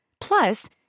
Plus